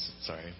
Sorry